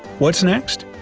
what's next?